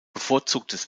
bevorzugtes